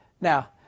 Now